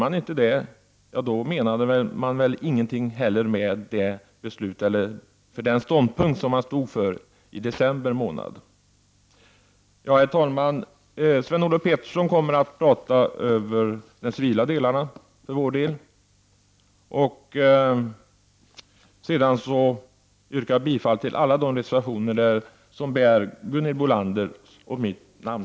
Om de inte röstar så, då menade de väl inte allvar med den ståndpunkt som de intog i december förra året. Herr talman! Sven-Olof Petersson kommer att för vår del tala om de civila delarna inom totalförsvaret. Med detta ber jag att få yrka bifall till alla reservationer som bär Gunhild Bolanders och mitt namn.